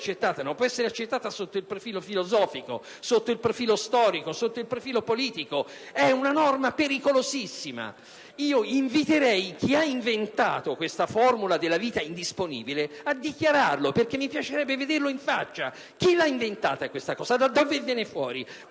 non può essere accettata sotto il profilo filosofico, storico e politico. È una norma pericolosissima! Io inviterei chi ha inventato questa formula della vita indisponibile a dichiararlo, perché mi piacerebbe vederlo in faccia. Chi l'ha inventata? Da dove viene fuori?